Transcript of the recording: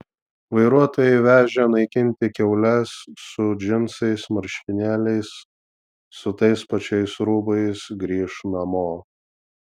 vairuotojai vežę naikinti kiaules su džinsais marškinėliais su tais pačiais rūbais grįš namo